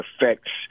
affects